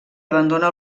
abandona